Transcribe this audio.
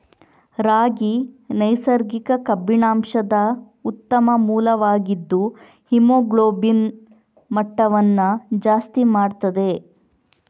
ರಾಗಿ ನೈಸರ್ಗಿಕ ಕಬ್ಬಿಣಾಂಶದ ಉತ್ತಮ ಮೂಲವಾಗಿದ್ದು ಹಿಮೋಗ್ಲೋಬಿನ್ ಮಟ್ಟವನ್ನ ಜಾಸ್ತಿ ಮಾಡ್ತದೆ